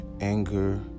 anger